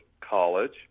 college